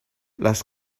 las